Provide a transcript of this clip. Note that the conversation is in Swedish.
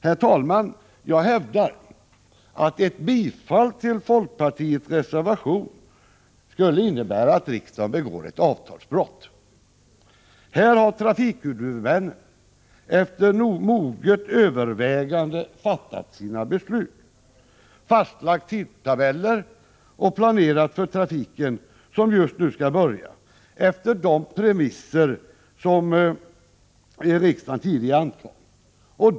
Jag hävdar, herr talman, att ett bifall till folkpartiets reservation skulle innebära att riksdagen begår ett avtalsbrott. Här har trafikhuvudmännen efter moget övervägande fattat sina beslut, fastlagt tidtabeller och planerat för trafiken som just nu skall börja efter de premisser som riksdagen tidigare angivit.